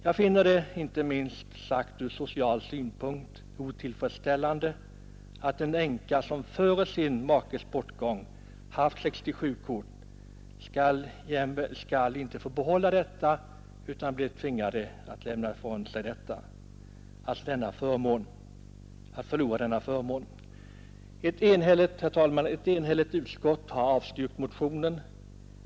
Jag finner det, inte minst ur social synpunkt, otillfredsställande att en kvinna som före sin makes bortgång haft 67-kort icke skall få behålla detta utan tvingas förlora denna förmån. Herr talman! Ett enhälligt utskott har avstyrkt motionen.